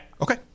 Okay